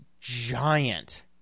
giant